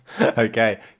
okay